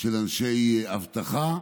של אנשי אבטחה,